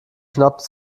schnappte